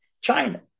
China